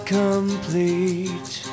complete